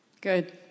Good